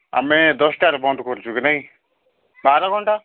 ଆମେ ଦଶଟାରେ ବନ୍ଦ କରୁଛୁ କି ନାଇଁ ବାର ଘଣ୍ଟା